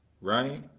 Right